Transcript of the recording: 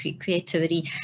creativity